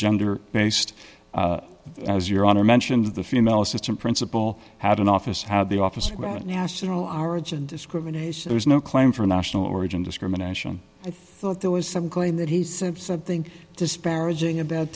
gender based as your honor mentioned the female assistant principal had an office how the office about national arjen discrimination there's no claim for national origin discrimination i thought there was some claim that he said something disparaging